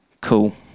Cool